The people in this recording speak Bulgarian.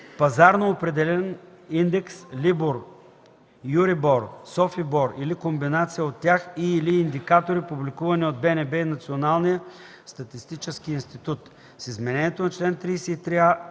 пазарно определян индекс LIBOR, EURIBOR, SOFIBOR или комбинация от тях и/или индикатори, публикувани от БНБ и Националния статистически институт. С изменението на чл. 33а